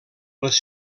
les